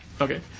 okay